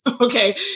Okay